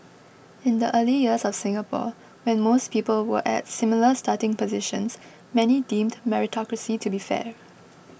in the early years of Singapore when most people were at similar starting positions many deemed meritocracy to be fair